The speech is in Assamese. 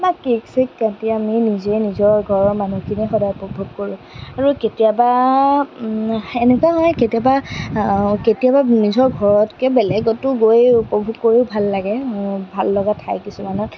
বা কেক চেক কাটি আমি নিজে নিজৰ ঘৰৰ মানুহখিনিয়ে সদায় উপভোগ কৰোঁ আৰু কেতিয়াবা এনেকুৱা হয় কেতিয়াবা কেতিয়াবা নিজৰ ঘৰতকৈ বেলেগতো গৈ উপভোগ কৰোঁ ভাল লাগে ভাল লগা ঠাই কিছুমানত